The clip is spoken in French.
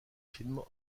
films